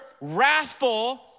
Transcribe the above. wrathful